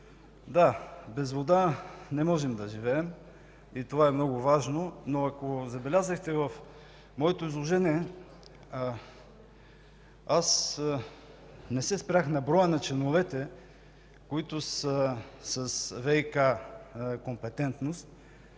да, без вода не можем да живеем, и това е много важно. Но ако забелязахте, в моето изложение не се спрях на броя на членовете, които са с ВиК компетентност.